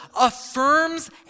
affirms